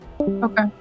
Okay